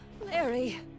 Larry